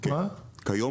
כיום כן.